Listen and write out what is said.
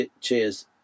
cheers